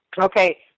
Okay